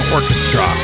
Orchestra